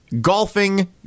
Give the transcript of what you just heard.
golfing